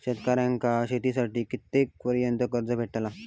शेतकऱ्यांका शेतीसाठी कितक्या पर्यंत कर्ज भेटताला?